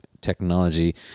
technology